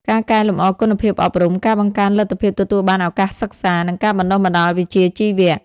ការកែលម្អគុណភាពអប់រំ ការបង្កើនលទ្ធភាពទទួលបានឱកាសសិក្សា និងការបណ្តុះបណ្តាលវិជ្ជាជីវៈ។